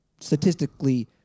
statistically